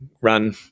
run